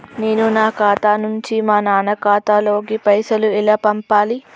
నేను నా ఖాతా నుంచి మా నాన్న ఖాతా లోకి పైసలు ఎలా పంపాలి?